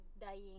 Dying